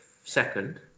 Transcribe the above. second